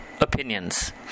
opinions